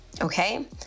okay